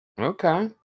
Okay